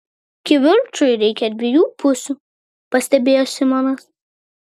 kivirčui reikia dviejų pusių pastebėjo simonas